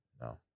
No